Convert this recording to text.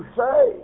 say